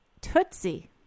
Tootsie